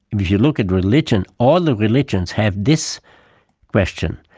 if you look at religion, all the religions had this question,